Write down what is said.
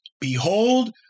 behold